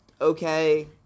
okay